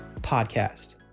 Podcast